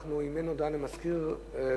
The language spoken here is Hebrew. אם אין הודעה למזכיר הכנסת,